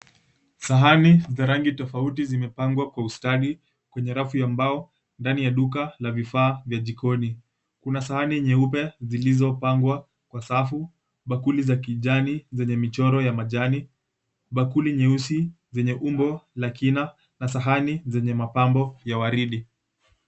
Sahani za rangi tofauti zimepangwa kwa ustadi kwenye rafu ya mbao ndani ya duka la vifaa vya jikoni. Kuna sahani nyeupe zilizopangwa kwa safu, bakuli za kijani zenye michoro ya majani, bakuli nyeusi zenye umbo la kina na sahani zenye mapambo ya waridi.